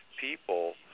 people